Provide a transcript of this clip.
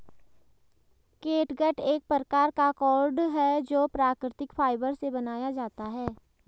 catgut एक प्रकार का कॉर्ड है जो प्राकृतिक फाइबर से बनाया जाता है